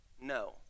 no